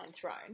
Throne